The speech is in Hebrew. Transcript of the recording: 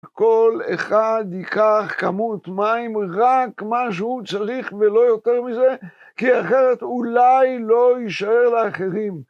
כל אחד ייקח כמות מים, רק מה שהוא צריך, ולא יותר מזה, כי אחרת אולי לא יישאר לאחרים.